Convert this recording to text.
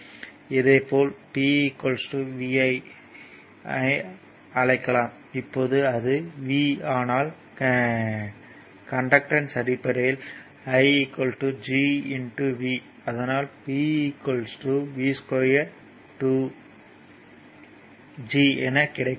இதேபோல் P VI ஐ அழைக்கலாம் இப்போது அது V ஆனால் கண்டக்டன்ஸ்யை அடிப்படையில் I G V அதனால் P V2G என கிடைக்கும்